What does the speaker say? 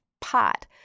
pot